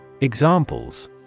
Examples